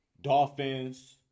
Dolphins